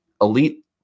elite